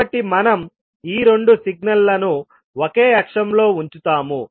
కాబట్టి మనం ఈ రెండు సిగ్నల్లను ఒకే అక్షంలో ఉంచుతాము